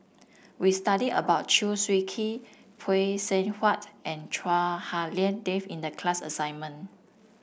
we studied about Chew Swee Kee Phay Seng Whatt and Chua Hak Lien Dave in the class assignment